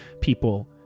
people